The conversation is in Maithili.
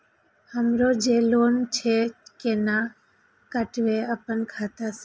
हमरो जे लोन छे केना कटेबे अपनो खाता से?